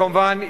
כמובן,